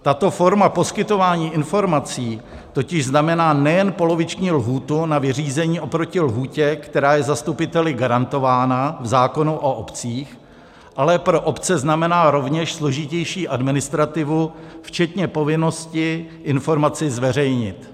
Tato forma poskytování informací totiž znamená nejen poloviční lhůtu na vyřízení oproti lhůtě, která je zastupiteli garantována v zákonu o obcích, ale pro obce znamená rovněž složitější administrativu včetně povinnosti informaci zveřejnit.